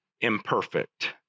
imperfect